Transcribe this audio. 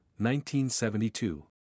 1972